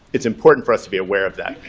it's important for us to be aware of that.